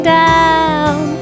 down